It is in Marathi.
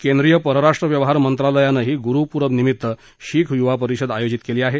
केंद्रीय परराष्ट्र व्यवहार मंत्रालयानंही गुरु पुरब निमित्त शीख युवा परिषद आयोजित केली आहे